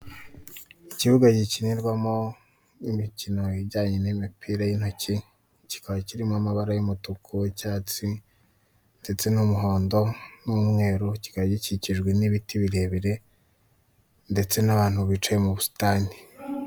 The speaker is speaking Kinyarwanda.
Icyumba gikinirwamo imikino ijyanye n'imipira y'intoki kikaba kirimo amabara y'umutuku, icyatsi ndetse n'umuhondo n'umweru, kikaba gikikijwe n'ibiti birebire ndetse n'abantu bicaye mu busitani.